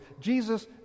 Jesus